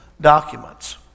documents